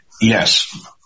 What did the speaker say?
Yes